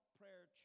prayer